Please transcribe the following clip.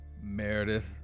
meredith